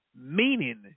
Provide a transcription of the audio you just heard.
Meaning